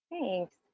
Thanks